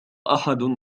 أحد